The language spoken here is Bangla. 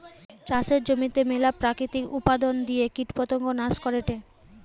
চাষের জমিতে মেলা প্রাকৃতিক উপাদন দিয়ে কীটপতঙ্গ নাশ করেটে